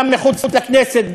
גם מחוץ לכנסת,